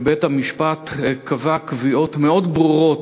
שבה בית-המשפט קבע קביעות מאוד ברורות